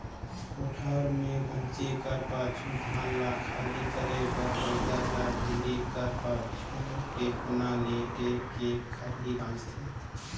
कोठार मे पहुचे कर पाछू धान ल खाली करे बर बइला ल ढिले कर पाछु, टेकोना ल टेक के खरही गाजथे